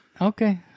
Okay